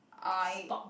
I